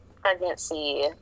pregnancy